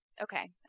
Okay